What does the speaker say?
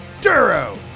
Duro